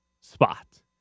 spot